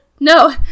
No